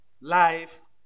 life